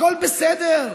הכול בסדר.